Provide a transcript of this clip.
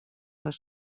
les